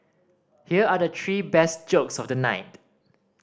here are the three best jokes of the night